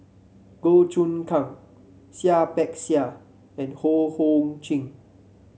Goh Choon Kang Seah Peck Seah and Ho Hong Sing